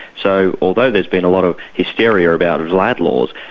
so although there's been a lot of hysteria about vlad laws,